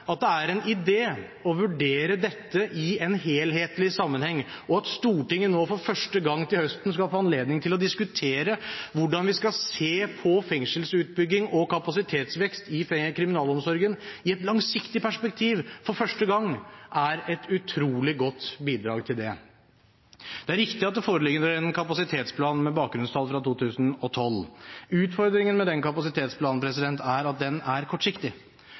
at det er en idé å vurdere dette i en helhetlig sammenheng. At Stortinget nå for første gang til høsten skal få anledning til å diskutere hvordan vi skal se på fengselsutbygging og kapasitetsvekst i kriminalomsorgen i et langsiktig perspektiv, er et utrolig godt bidrag til det. Det er riktig at det foreligger en kapasitetsplan med bakgrunnstall fra 2012. Utfordringen med den kapasitetsplanen er at den er kortsiktig.